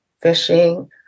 fishing